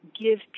give